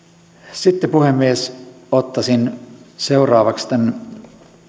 sitten puhemies ottaisin seuraavaksi tämän